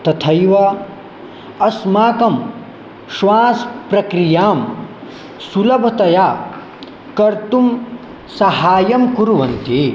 तथैव अस्माकं श्वासप्रक्रियां सुलभतया कर्तुं साहाय्यं कुर्वन्ति